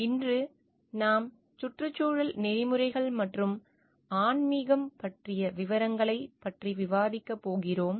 இன்று நாம் சுற்றுச்சூழல் நெறிமுறைகள் மற்றும் ஆன்மீகம் பற்றிய விவரங்களைப் பற்றி விவாதிக்கப் போகிறோம்